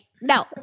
no